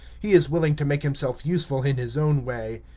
he is willing to make himself useful in his own way.